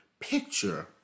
picture